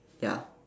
ya